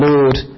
Lord